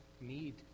need